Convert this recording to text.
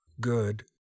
good